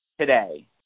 today